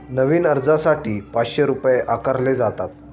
नवीन अर्जासाठी पाचशे रुपये आकारले जातात